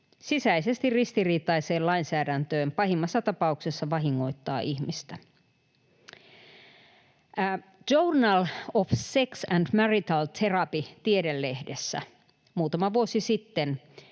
sisäisesti ristiriitaiseen lainsäädäntöön, pahimmassa tapauksessa vahingoittaa ihmistä. Journal of Sex & Marital Therapy -tiedelehdessä muutama vuosi sitten